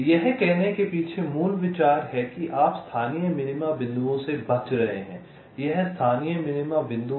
यह कहने के पीछे मूल विचार है कि आप स्थानीय मिनीमा बिंदुओं से बच रहे हैं ये स्थानीय मिनीमा बिंदु हैं